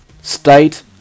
State